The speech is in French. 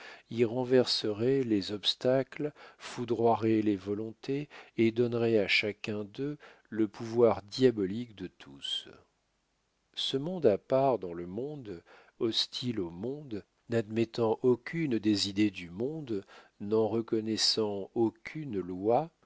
y renverserait les obstacles foudroierait les volontés et donnerait à chacun d'eux le pouvoir diabolique de tous ce monde à part dans le monde hostile au monde n'admettant aucune des idées du monde n'en reconnaissant aucune loi